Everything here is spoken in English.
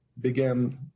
began